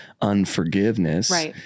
unforgiveness